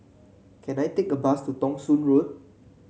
can I take a bus to Thong Soon Road